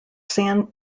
sand